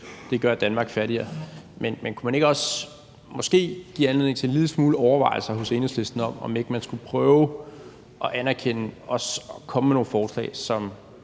gør Danmark fattigere. Men kunne det måske ikke også give anledning til nogle overvejelser hos Enhedslisten om, om ikke man skulle prøve at komme med nogle forslag,